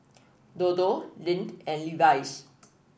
Dodo Lindt and Levi's